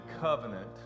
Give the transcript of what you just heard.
covenant